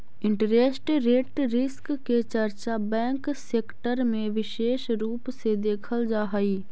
interest rate risk के चर्चा bank sector में विशेष रूप से देखल जा हई